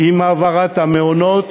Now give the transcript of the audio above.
עם העברת המעונות